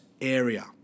area